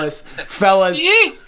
Fellas